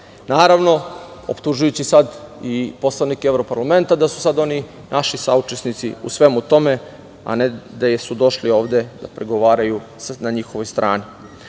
naravno optužujući sada i poslanike evroparlamenta naši saučesnici u svemu tome, a ne da su došli ovde da pregovaraju na njihovoj strani. Gospođo